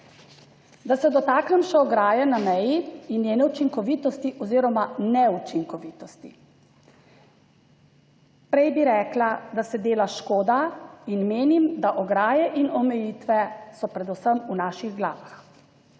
Da se dotaknem še ograje na meji in njene učinkovitosti oziroma neučinkovitosti. Prej bi rekla, da se dela škoda in menim, da ograje in omejitve so predvsem v naših glavah.